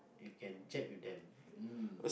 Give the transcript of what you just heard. you can chat with them